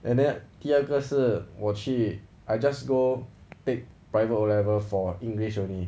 and then 第二个是我去 I just go take private O level for english only